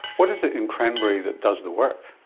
what is it in cranberry that does the work?